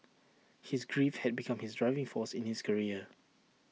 his grief had become his driving force in his career